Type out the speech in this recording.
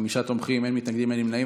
חמישה תומכים, אין מתנגדים, אין נמנעים.